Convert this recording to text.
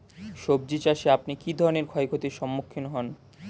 সবজী চাষে আপনি কী ধরনের ক্ষয়ক্ষতির সম্মুক্ষীণ হন?